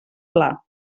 pla